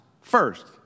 first